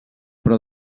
però